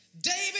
David